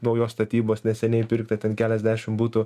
naujos statybos neseniai pirktą ten keliasdešimt butų